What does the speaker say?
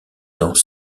dans